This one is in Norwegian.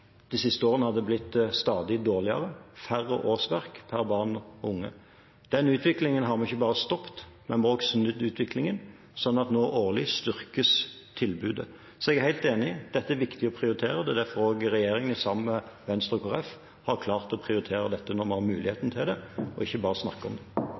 færre årsverk for barn og unge. Denne utviklingen har vi ikke bare stoppet, men vi har også snudd utviklingen, sånn at nå styrkes tilbudet årlig. Jeg er helt enig i at dette er det viktig å prioritere. Det er derfor regjeringen sammen med Venstre og Kristelig Folkeparti har klart å prioritere dette når vi har muligheten til det, og ikke bare snakke om det.